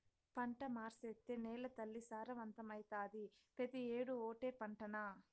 పంట మార్సేత్తే నేలతల్లి సారవంతమైతాది, పెతీ ఏడూ ఓటే పంటనా